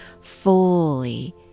fully